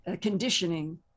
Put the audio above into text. conditioning